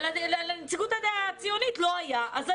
ולציונים לא הייתה נציגות.